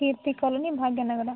Keerthi colony Bhagya Nagar